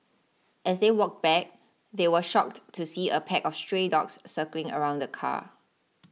as they walked back they were shocked to see a pack of stray dogs circling around the car